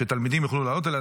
שתלמידים יוכלו לעלות עליה.